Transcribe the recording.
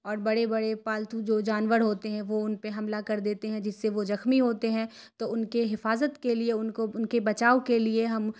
اور بڑے بڑے پالتو جو جانور ہوتے ہیں وہ ان پہ حملہ کر دیتے ہیں جس سے وہ زخمی ہوتے ہیں تو ان کے حفاظت کے لیے ان کو ان کے بچاؤ کے لیے ہم